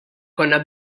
konna